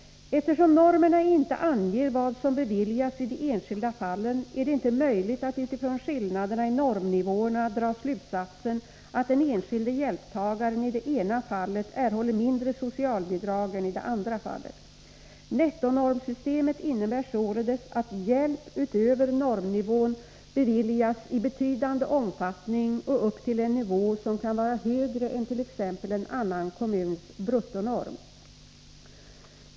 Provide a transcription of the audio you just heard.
Eftersom normerna inte anger vad som beviljas i de enskilda fallen, är det inte möjligt att utifrån skillnaderna i normnivåerna dra slutsatsen att den enskilde hjälptagaren i det ena fallet erhåller mindre socialbidrag än i det andra fallet. Nettonormsystemet innebär således att hjälp utöver normnivån beviljas i betydande omfattning och upp till en nivå som kan vara högre än t.ex. en annan kommuns bruttonorm.